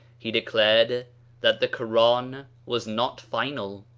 he declared that the koran was not final.